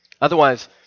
Otherwise